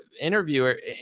interviewer